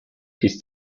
his